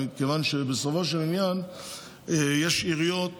כי בסופו של עניין יש עיריות